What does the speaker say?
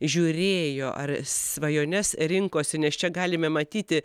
žiūrėjo ar svajones rinkosi nes čia galime matyti